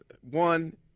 One